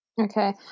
Okay